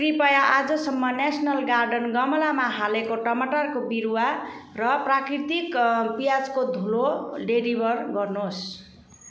कृपया आजसम्ममा national garden गमलामा हालेको टमाटरको बिरुवा र प्राकृतिक प्याजको धुलो डेलिभर गर्नुहोस्